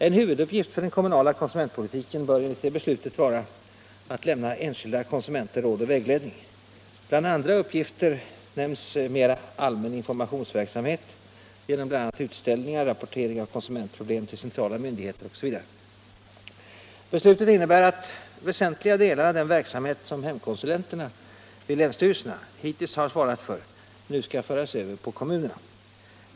En huvuduppgift för den kommunala konsumentpolitiken bör enligt det beslutet vara att lämna enskilda konsumenter råd och vägledning. Bland andra uppgifter kan nämnas mer allmän informationsverksamhet, genom bl.a. utställningar, rapportering av konsumentproblem till centrala myndigheter osv. Beslutet innebär att väsentliga delar av den verksamhet som hemkonsulenterna vid länsstyrelserna hittills har svarat för nu skall föras över på kommunerna.